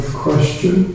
question